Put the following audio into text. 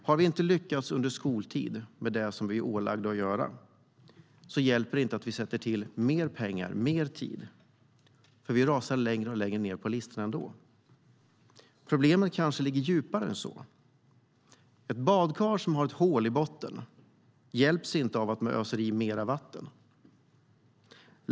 Har vi inte lyckats under skoltid med det vi är ålagda att göra hjälper det inte att vi sätter till mer pengar och mer tid, för vi rasar längre och längre ned på listorna ändå. Problemen ligger kanske djupare än så. Om ett badkar har ett hål i botten hjälper det inte att man öser i mer vatten.